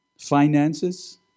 Finances